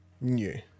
new